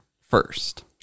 first